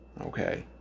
Okay